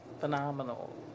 phenomenal